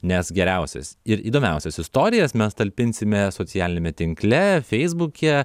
nes geriausias ir įdomiausias istorijas mes talpinsime socialiniame tinkle feisbuke